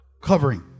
covering